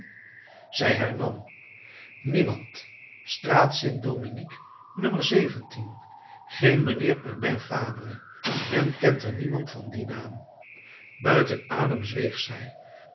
zij hernam niemand straat st dominique nummer zeventien geen mijnheer urbain fabre men kent er niemand van dien naam buiten adem zweeg zij